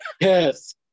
Yes